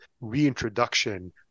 reintroduction